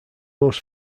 most